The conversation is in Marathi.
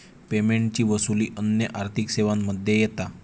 पेमेंटची वसूली अन्य आर्थिक सेवांमध्ये येता